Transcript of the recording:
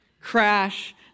crash